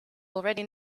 already